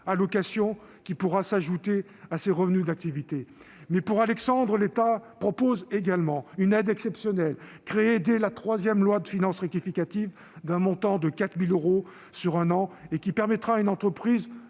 qui pourra s'ajouter à ses revenus d'activité, dans le cadre de la garantie jeunes. Pour Alexandre, l'État propose également une aide exceptionnelle créée dès la troisième loi de finances rectificative, d'un montant de 4 000 euros par an, qui permettra à une entreprise